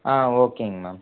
ஆ ஓகேங்க மேம்